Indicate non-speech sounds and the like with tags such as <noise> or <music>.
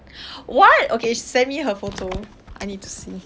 <breath> what okay send me her photo I need to see